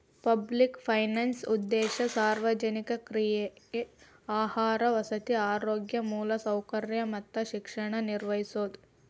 public finance ಉದ್ದೇಶ ಸಾರ್ವಜನಿಕ್ರಿಗೆ ಆಹಾರ ವಸತಿ ಆರೋಗ್ಯ ಮೂಲಸೌಕರ್ಯ ಮತ್ತ ಶಿಕ್ಷಣ ನಿರ್ವಹಿಸೋದ